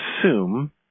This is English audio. assume